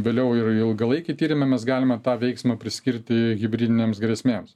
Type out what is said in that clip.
vėliau ir ilgalaikį tyrimą mes galime tą veiksmą priskirti hibridinėms grėsmėms